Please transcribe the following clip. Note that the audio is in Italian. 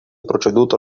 proceduto